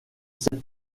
sept